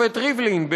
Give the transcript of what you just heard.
השופט ריבלין,